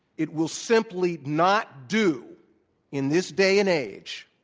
it will simply not do in this day and age